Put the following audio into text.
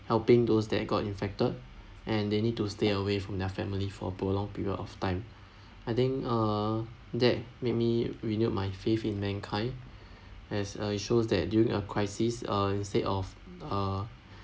helping those that got infected and they need to stay away from their family for a prolonged period of time I think err that made me renewed my faith in mankind as uh it shows that during a crisis uh instead of uh